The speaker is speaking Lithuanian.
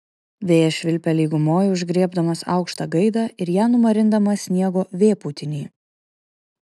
vėjas švilpia lygumoj užgriebdamas aukštą gaidą ir ją numarindamas sniego vėpūtiny